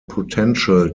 potential